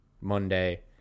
Monday